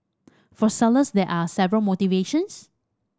for sellers there are several motivations